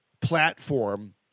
platform